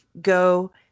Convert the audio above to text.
go